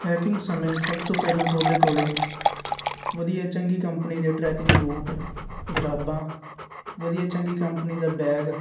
hacking ਸਮੇਂ ਸਭ ਤੋਂ ਪਹਿਲਾਂ ਤੁਹਾਡੇ ਕੋਲ ਵਧੀਆ ਚੰਗੀ ਕੰਪਨੀ ਦੇ ਟਰੈਕਿੰਗ ਬੂਟ ਜੁਰਾਬਾਂ ਵਧੀਆ ਚੰਗੀ ਕੰਪਨੀ ਦਾ ਬੈਗ